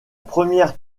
première